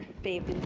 baby.